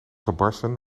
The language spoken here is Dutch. gebarsten